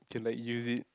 can like use it